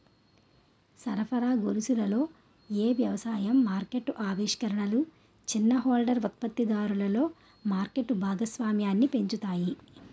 సరఫరా గొలుసులలో ఏ వ్యవసాయ మార్కెట్ ఆవిష్కరణలు చిన్న హోల్డర్ ఉత్పత్తిదారులలో మార్కెట్ భాగస్వామ్యాన్ని పెంచుతాయి?